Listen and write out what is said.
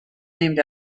named